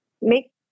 make